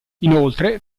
inoltre